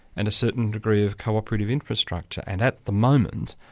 and a certain degree of co-operative infrastructure. and at the moment,